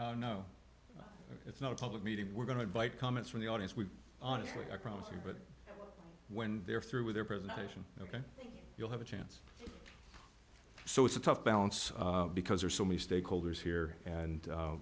order no it's not a public meeting we're going to bite comments from the audience we honestly i promise you but when they're through with their presentation ok you'll have a chance so it's a tough balance because there are so many stakeholders here and